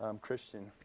Christian